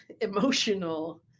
emotional